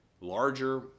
larger